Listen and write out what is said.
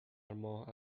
ماه